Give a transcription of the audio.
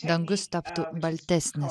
dangus taptų baltesnis